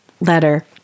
letter